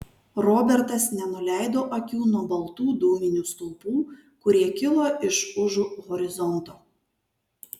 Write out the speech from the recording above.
robertas nenuleido akių nuo baltų dūminių stulpų kurie kilo iš užu horizonto